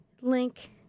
link